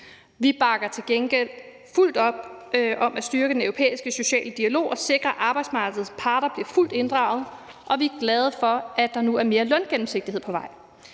Vi bakker til gengæld fuldt op om at styrke den europæiske sociale dialog og sikre, at arbejdsmarkedets parter bliver fuldt inddraget, og vi er glade for, at der nu er mere løngennemsigtighed på vej.